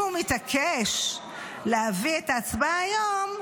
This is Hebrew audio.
אם הוא מתעקש להביא את ההצבעה היום,